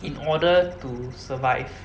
in order to survive